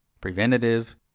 Preventative